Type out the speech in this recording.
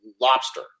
lobster